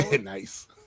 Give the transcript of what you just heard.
nice